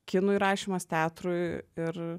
kinui rašymas teatrui ir